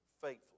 faithfully